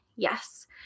Yes